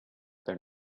their